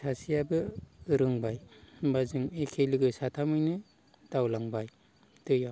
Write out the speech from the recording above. सासेयाबो रोंबाय होनबा जों एखेलोगो साथामैनो दावलांबाय दैयाव